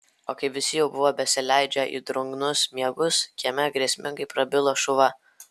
o kai visi jau buvo besileidžią į drungnus miegus kieme grėsmingai prabilo šuva